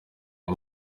iyi